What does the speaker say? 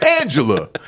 Angela